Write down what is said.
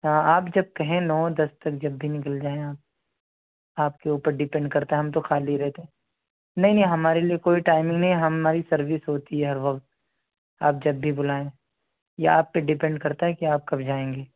آپ جب کہیں نو دس تک جب بھی نکل جائیں آپ آپ کے اوپر ڈپنڈ رہتا ہے ہم تو خالی رہتے ہیں نہیں نہیں ہمارے لیے کوئی ٹائمنگ نہیں ہماری سروس ہوتی ہے ہر وقت آپ جب بھی بلائیں یہ آپ پہ ڈپنڈ کرتا ہے کہ آپ کب جائیں گے